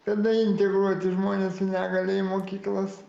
tada integruoti į žmones su negalia į mokyklas